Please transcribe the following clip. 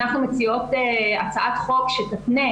אנחנו מציעות הצעת חוק שתתנה